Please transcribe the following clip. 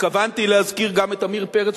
התכוונתי להזכיר גם את עמיר פרץ,